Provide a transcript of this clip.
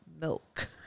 milk